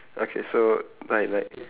okay so mine like